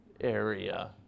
area